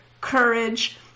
courage